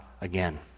again